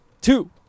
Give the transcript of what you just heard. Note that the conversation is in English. Two